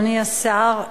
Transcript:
אדוני השר,